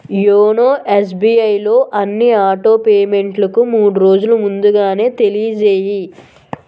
YONO ఎస్బీఐలో అన్ని auto పేమెంట్లకు మూడు రోజులు ముందుగానే తెలియచేయి